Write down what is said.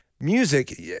music